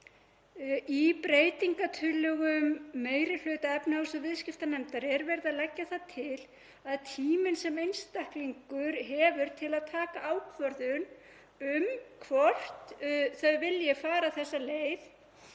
Í breytingartillögum meiri hluta efnahags- og viðskiptanefndar er verið að leggja það til að tíminn sem einstaklingar hafa til að taka ákvörðun um hvort þau vilji fara þessa leið